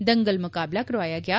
दंगल मकाबला करोआया गेआ